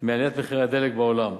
מעליית מחירי הדלק בעולם.